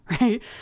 right